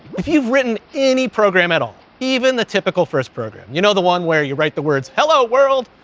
if you've written any program at all, even the typical first program, you know the one where you write the words hello world?